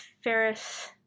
Ferris